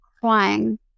crying